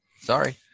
Sorry